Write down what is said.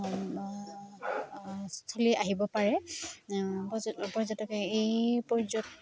স্থলী আহিব পাৰে পৰ্যটকে এই